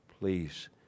Please